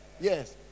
Yes